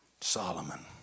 Solomon